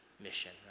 mission